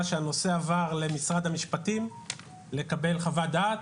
שהנושא עבר למשרד המשפטים לקבל חוות דעת.